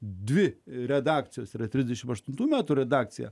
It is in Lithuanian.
dvi redakcijos yra trisdešim aštuntų metų redakcija